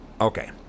Okay